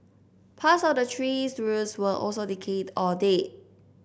parts of the tree's roots were also decayed or dead